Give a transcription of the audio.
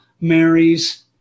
marries